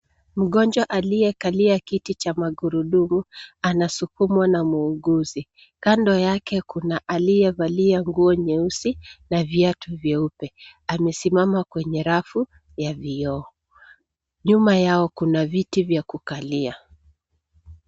Mgonjwa aliyekalia kiti cha magurudumu, anasukumwa na muunguzi. Kando yake kuna aliyevalia nguo nyeusi, na viatu vyeupe. Amesimama kwenye rafu ya vioo. Nyuma yao kuna viti vya kukalia.